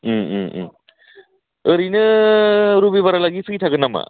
ओरैनो रबिबार हालागि फ्रि थागोन नामा